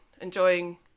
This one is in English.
enjoying